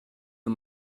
for